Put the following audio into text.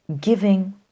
Giving